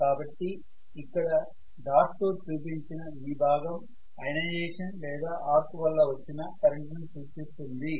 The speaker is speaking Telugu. కాబట్టి ఇక్కడ డాట్స్ తో చూపించిన ఈ భాగం అయోనైజేషన్ లేదా ఆర్క్ వల్ల వచ్చిన కరెంటు ని సూచిస్తుంది